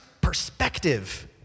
perspective